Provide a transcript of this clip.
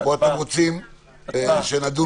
או שאתם רוצים שנדון בזה?